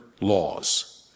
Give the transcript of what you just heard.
laws